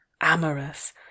amorous